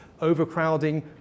overcrowding